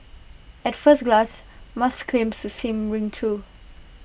at first glance Musk's claims to seems ring true